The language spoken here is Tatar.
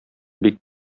бик